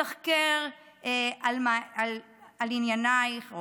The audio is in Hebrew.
מתחקר על עניינייך?